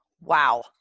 Wow